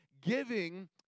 Giving